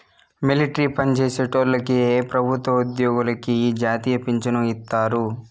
military పన్జేసేటోల్లకి పెబుత్వ ఉజ్జోగులకి ఈ జాతీయ పించను ఇత్తారు